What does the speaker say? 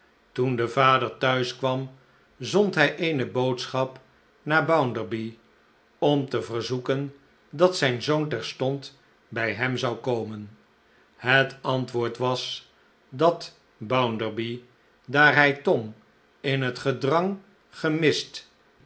toen de vader thuis kwam zond hij eene boodschap naar bounderby om te verzoeken dat zijn zoon terstond bij hem zou komen het antwoord was dat bounderby daar hij tom in het gedrang gemist